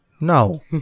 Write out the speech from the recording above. No